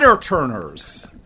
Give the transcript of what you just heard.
turners